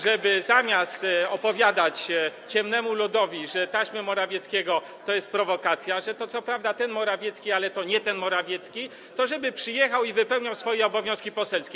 żeby - zamiast opowiadać ciemnemu ludowi, że taśmy Morawieckiego to jest prowokacja, że to co prawda ten Morawiecki, ale to nie ten Morawiecki - przyjechał i wypełniał swoje obowiązki poselskie.